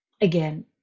again